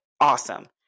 awesome